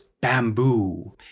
Bamboo